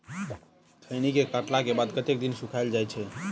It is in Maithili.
खैनी केँ काटला केँ बाद कतेक दिन सुखाइल जाय छैय?